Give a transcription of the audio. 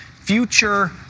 future